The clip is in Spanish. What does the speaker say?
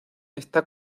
está